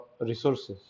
resources